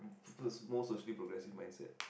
towards more social progressive mindset